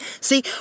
See